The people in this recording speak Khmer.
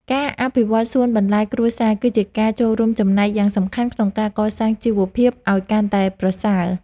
ការអភិវឌ្ឍសួនបន្លែគ្រួសារ គឺជាការចូលរួមចំណែកយ៉ាងសំខាន់ក្នុងការកសាងជីវភាពឱ្យកាន់តែប្រសើរ។